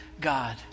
God